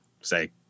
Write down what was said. say